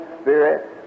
Spirit